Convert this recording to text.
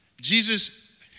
Jesus